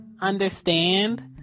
understand